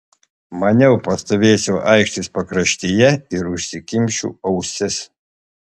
maniau pastovėsiu aikštės pakraštyje ir užsikimšiu ausis